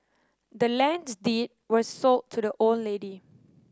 the land's deed was sold to the old lady